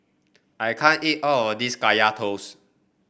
I can't eat all of this Kaya Toast